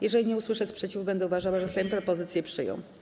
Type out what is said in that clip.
Jeżeli nie usłyszę sprzeciwu, będę uważała, że Sejm propozycje przyjął.